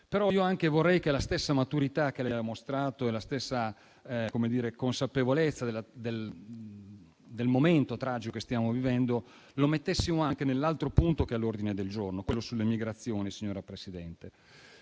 Meloni, vorrei che la stessa maturità che lei ha mostrato e la stessa consapevolezza del momento tragico che stiamo vivendo, le mettessimo anche nell'altro punto all'ordine del giorno, quello sulle migrazioni. L'ho sentito